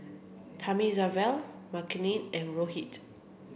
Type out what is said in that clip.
Thamizhavel Makineni and Rohit